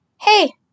hey